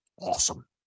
awesome